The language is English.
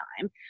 time